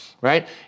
right